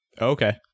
Okay